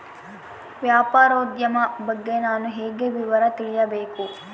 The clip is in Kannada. ವ್ಯಾಪಾರೋದ್ಯಮ ಬಗ್ಗೆ ನಾನು ಹೇಗೆ ವಿವರ ತಿಳಿಯಬೇಕು?